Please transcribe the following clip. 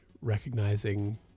recognizing